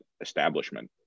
establishment